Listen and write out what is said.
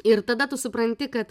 ir tada tu supranti kad